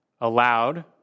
allowed